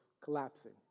collapsing